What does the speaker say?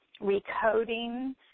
recoding